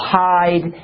hide